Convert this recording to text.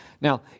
Now